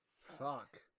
Fuck